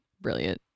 brilliant